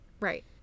Right